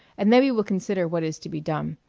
and then we will consider what is to be done.